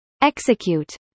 Execute